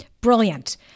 Brilliant